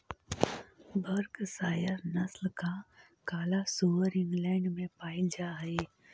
Berkshire नस्ल का काला सुअर इंग्लैण्ड में पायिल जा हई